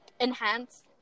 enhance